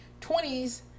20s